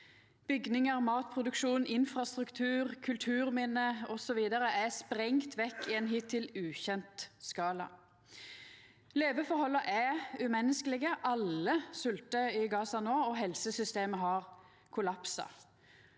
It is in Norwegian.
Bygningar, matproduksjon, infrastruktur, kulturminne osv. er sprengde vekk i ein hittil ukjend skala. Leveforholda er umenneskelege. Alle svelt i Gaza no, og helsesystemet har kollapsa.